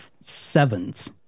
sevens